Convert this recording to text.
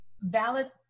valid